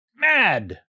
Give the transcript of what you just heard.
mad